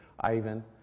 Ivan